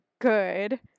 good